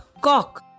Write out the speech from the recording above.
cock